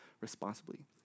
responsibly